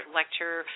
lecture